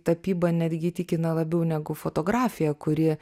tapyba netgi įtikina labiau negu fotografija kuri